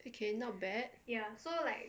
okay not bad